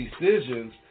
decisions